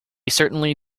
certainly